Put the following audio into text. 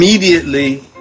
Immediately